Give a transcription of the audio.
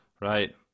Right